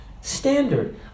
standard